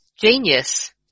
Genius